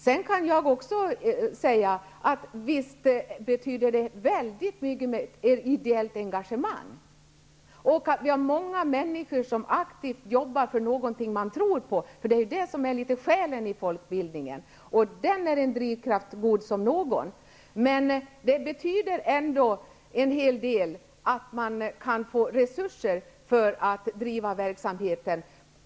Också jag kan naturligtvis säga att ideellt engagemang visst betyder mycket och att det finns många människor som aktivt jobbar för något som de tror på. Det är något av själen i folkbildningen, och den är en drivkraft så god som någon. Men det betyder ändå en hel del att man kan få resurser för att driva verksamheter.